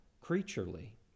creaturely